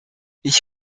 ich